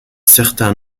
certain